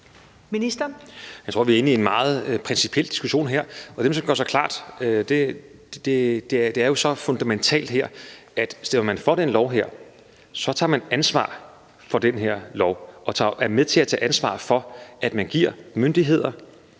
Jeg tror, vi er inde i en meget principiel diskussion her. Det, man skal gøre sig klart, er – og det er jo så fundamentalt her – at stemmer man for den her lov, tager man ansvar for den her lov og er med til at tage ansvar for, at man giver myndighederne